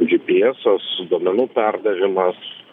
gpsas duomenų perdavimas